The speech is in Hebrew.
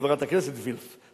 חברת הכנסת וילף,